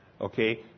Okay